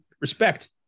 Respect